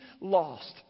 lost